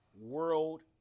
world